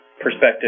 perspective